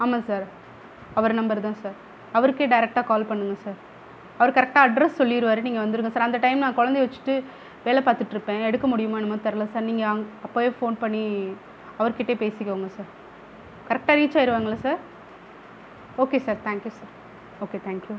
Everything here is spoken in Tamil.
ஆமாம் சார் அவர் நம்பர் தான் சார் அவருக்கே டேரக்ட்டா கால் பண்ணுங்க சார் அவர் கரெக்ட்டாக அட்ரஸ் சொல்லிருவாரு நீங்கள் வந்துருங்க சார் அந்த டைம் நான் குழந்தைய வச்சுட்டு வேலை பார்த்துட்டுருப்பேன் எடுக்க முடியுமோ என்னமோன்னு தெரியல சார் நீங்கள் அப்போவே ஃபோன் பண்ணி அவர்கிட்டேயே பேசிக்கோங்க சார் கரெக்ட்டா ரீச் ஆயிருவாங்கல்ல sir okay sir thank you sir okay thank you